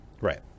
Right